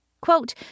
Quote